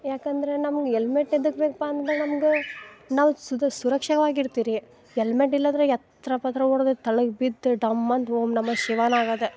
ಯಾಕಂದ್ರೆ ನಮ್ಗೆ ಎಲ್ಮೆಟ್ ಯದಗ್ಬೇಕಪ್ಪ ಅಂದ್ರೆ ನಮ್ಗೆ ನಾವು ಸುದ ಸುರಕ್ಷವಾಗಿ ಇರ್ತೀರಿ ಎಲ್ಮೆಟ್ ಇಲ್ಲ ಅಂದರೆ ಯತ್ರ ಪತ್ರ ಹೊಡೆದೈತಿ ಕೆಳಕ್ ಬಿದ್ದು ಡಮ್ ಅಂದು ಓಂ ನಮಃ ಶಿವಾನ ಆಗೋದು